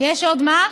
יש פה עוד, יש עוד מה?